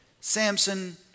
Samson